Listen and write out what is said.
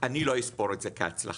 אני לא אספור את זה כהצלחה.